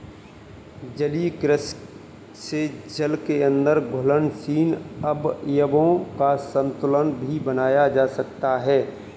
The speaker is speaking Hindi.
जलीय कृषि से जल के अंदर घुलनशील अवयवों का संतुलन भी बनाया जा सकता है